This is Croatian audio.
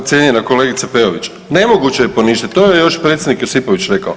Da, cijenjena kolegice Peović, nemoguće je poništit, to je još predsjednik Josipović rekao.